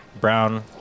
brown